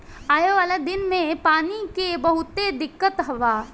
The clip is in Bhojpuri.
आवे वाला दिन मे पानी के बहुते दिक्कत बा